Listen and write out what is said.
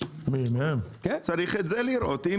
צריך את זה לראות.